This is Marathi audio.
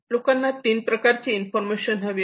लोकांना तीन प्रकारची इन्फॉर्मेशन हवी आहे